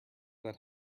that